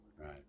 Right